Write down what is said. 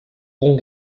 pont